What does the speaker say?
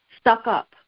stuck-up